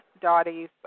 Dottie's